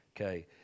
Okay